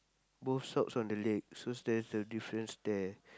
both socks on the leg so there's a difference there